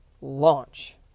launch